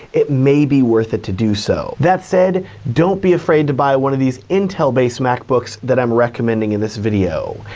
it may be worth it to do so. that said, don't be afraid to buy one of these intel-based macbooks that i'm recommending in this video.